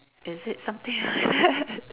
is it something like that